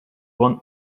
want